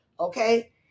Okay